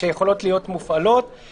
ושיכולות להיות מופעלות.